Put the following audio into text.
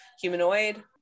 humanoid